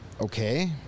Okay